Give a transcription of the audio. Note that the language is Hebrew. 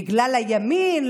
בגלל הימין,